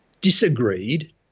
disagreed